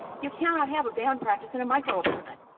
you cannot have a band practice in a micro apartment.